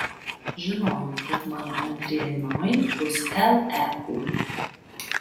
žinojau kad mano antrieji namai bus leu